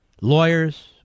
lawyers